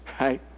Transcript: right